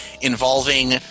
involving